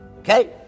Okay